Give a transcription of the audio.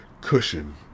Cushion